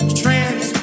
trans